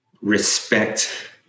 respect